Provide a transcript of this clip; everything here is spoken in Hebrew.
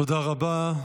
תודה רבה.